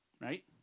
right